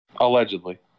Allegedly